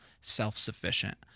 self-sufficient